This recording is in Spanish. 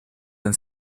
han